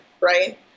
Right